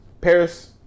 Paris